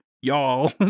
y'all